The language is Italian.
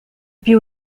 più